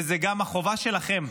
זו גם החובה שלכם,